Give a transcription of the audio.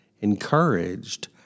encouraged